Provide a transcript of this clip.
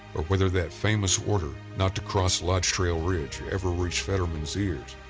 or whether that famous order not to cross lodge trail ridge ever reached fetterman's ears,